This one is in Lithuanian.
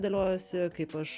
dėliojuosi kaip aš